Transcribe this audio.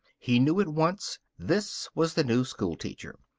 he knew at once this was the new schoolteacher.